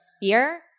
fear